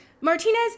Martinez